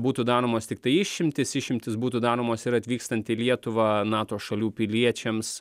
būtų daromos tiktai išimtys išimtys būtų daromos ir atvykstant į lietuvą nato šalių piliečiams